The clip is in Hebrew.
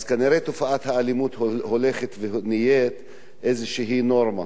אז כנראה תופעת האלימות הולכת ונהיית איזו נורמה.